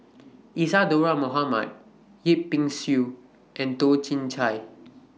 Isadhora Mohamed Yip Pin Xiu and Toh Chin Chye